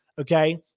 Okay